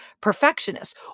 perfectionists